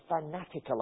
fanatical